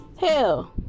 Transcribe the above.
Hell